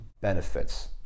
benefits